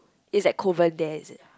it's at Kovan there is it